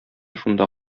шунда